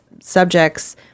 subjects